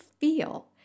feel